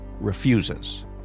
refuses